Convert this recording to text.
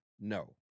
No